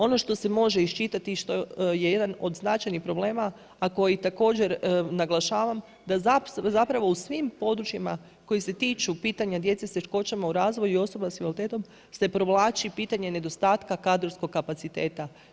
Ono što se može iščitati i što je jedan od značajnih problema a koji također naglašavam, da zapravo u svim područjima koji se tiču djece sa teškoćama u razvoju i osoba sa invaliditetom se provlači pitanje nedostatka kadrovskog kapaciteta.